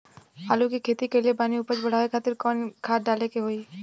आलू के खेती कइले बानी उपज बढ़ावे खातिर कवन खाद डाले के होई?